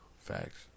Facts